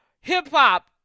hip-hop